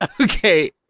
Okay